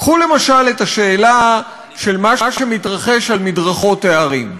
קחו למשל את השאלה של מה שמתרחש על מדרכות הערים.